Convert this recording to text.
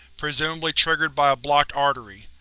presumably triggered by a blocked artery.